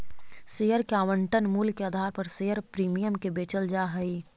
share के आवंटन मूल्य के आधार पर शेयर प्रीमियम के बेचल जा हई